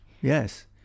Yes